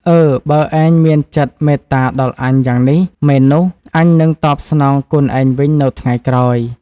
អឺ! បើឯងមានចិត្តមេត្តាដល់អញយ៉ាងនេះ មែននោះ អញនឹងតបស្នងគុណឯងវិញនៅថ្ងៃក្រោយ!